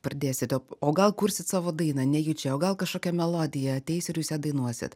pradėsite o gal kursit savo dainą nejučia o gal kažkokia melodija ateis ir jūs ją dainuosit